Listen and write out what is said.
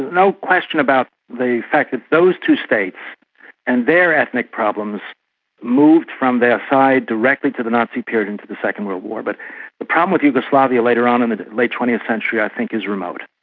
no question about the fact that those two states and their ethnic problems moved from versailles directly to the nazi period into the second world war. but the problem with yugoslavia later on in the late twentieth century i think is remote.